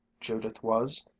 judith was!